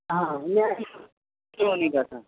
ہاں ہاں شو نہیں کرنا